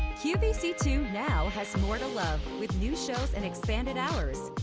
q v c two now has more to love with new shows and expanded hours.